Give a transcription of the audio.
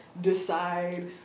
decide